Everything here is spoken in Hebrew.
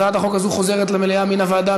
הצעת החוק הזאת מוחזרת למליאה מן הוועדה